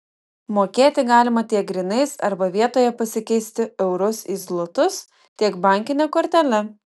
mokėti galima tiek grynais arba vietoje pasikeisti eurus į zlotus tiek bankine kortele